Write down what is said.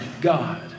God